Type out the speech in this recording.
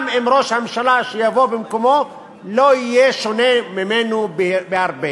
גם אם ראש הממשלה שיבוא במקומו לא יהיה שונה ממנו בהרבה.